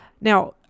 Now